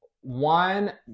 One